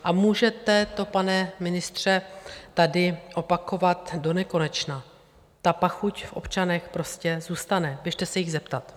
A můžete to, pane ministře, tady opakovat donekonečna, ta pachuť v občanech prostě zůstane, běžte se jich zeptat.